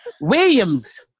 Williams